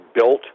built